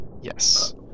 Yes